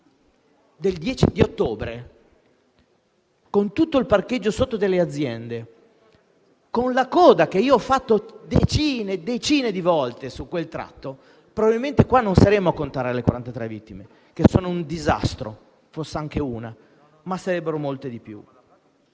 10 ottobre, con sotto il parcheggio delle aziende pieno, con la coda che io ho fatto decine e decine di volte su quel tratto, probabilmente non saremmo a contare le 43 vittime - che sono un disastro, fosse anche una soltanto - ma sarebbero molte di più.